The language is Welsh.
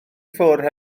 ffwrdd